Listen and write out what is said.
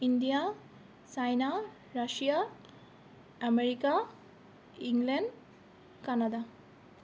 India China Russia America England Canada